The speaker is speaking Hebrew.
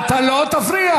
לא מקובל,